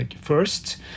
first